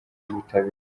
ubutabera